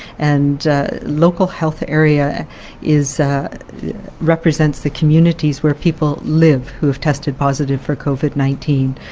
and local health area is represents the communities where people live who have tested positive for covid nineteen.